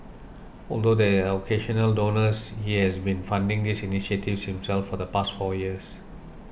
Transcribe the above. although there are occasional donors he has been funding these initiatives himself for the past four years